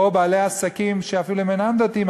או בעלי עסקים שאפילו אם אינם דתיים,